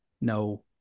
no